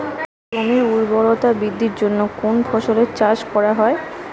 জমির উর্বরতা বৃদ্ধির জন্য কোন ফসলের চাষ করা হয়?